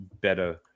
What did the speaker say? better